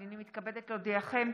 הינני מתכבדת להודיעכם,